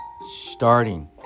starting